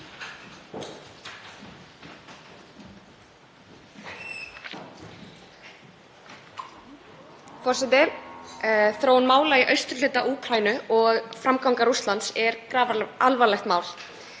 Þróun mála í austurhluta Úkraínu og framganga Rússlands er grafalvarlegt mál.